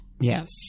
Yes